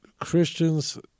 Christians